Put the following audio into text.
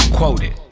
Quoted